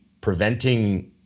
preventing